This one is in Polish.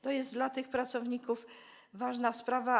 To jest dla tych pracowników ważna sprawa.